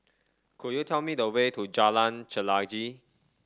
could you tell me the way to Jalan Chelagi